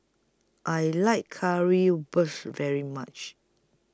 I like Currywurst very much